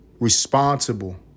responsible